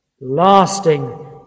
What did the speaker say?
lasting